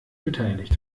beteiligt